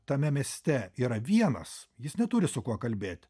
tame mieste yra vienas jis neturi su kuo kalbėti